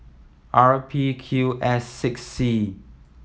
R P Q S six C